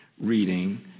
reading